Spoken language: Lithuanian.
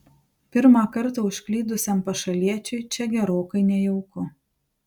pirmą kartą užklydusiam pašaliečiui čia gerokai nejauku